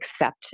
accept